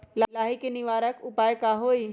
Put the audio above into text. लाही के निवारक उपाय का होई?